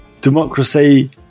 democracy